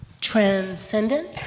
transcendent